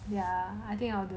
ya I think I will do it